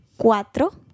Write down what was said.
cuatro